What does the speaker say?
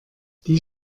die